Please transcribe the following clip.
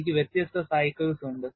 എനിക്ക് വ്യത്യസ്ത സൈക്കിൾസ് ഉണ്ട്